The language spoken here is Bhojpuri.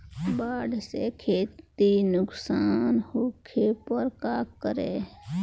बाढ़ से खेती नुकसान होखे पर का करे?